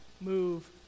move